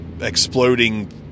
exploding